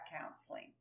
counseling